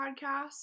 podcast